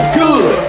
good